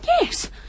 yes